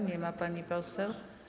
Nie ma pani poseł.